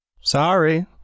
Sorry